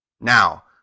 now